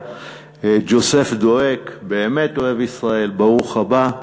ג'וזף דואק, באמת אוהב ישראל, ברוך הבא.